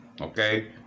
okay